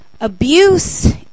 Abuse